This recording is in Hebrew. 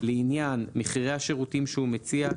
לעניין מחירי השירותים שהוא מציע,